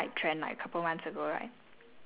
okay I let you in on another trick